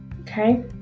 Okay